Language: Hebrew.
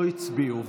הצביעו.